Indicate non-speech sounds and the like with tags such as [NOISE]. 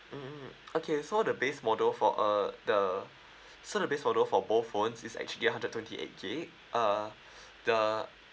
mm mm okay so the base model for uh the [BREATH] so the base model for both phones is actually hundred twenty eight gig uh